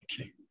Okay